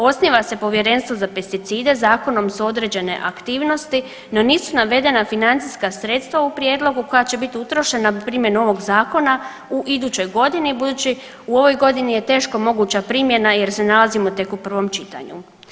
Osniva se povjerenstvo za pesticide, zakonom su određene aktivnosti, no nisu navedena financijska sredstva u prijedlogu koja će bit utrošena u primjeni ovog zakona u idućoj godini budući u ovoj godini je teško moguća primjena jer se nalazimo tek u prvom čitanju.